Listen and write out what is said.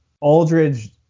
Aldridge